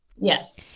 Yes